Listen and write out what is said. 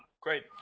great